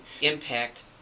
impact